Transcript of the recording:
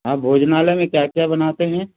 आप भोजनालय में क्या क्या बनाते हैं